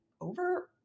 over